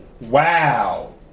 wow